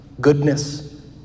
goodness